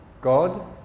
God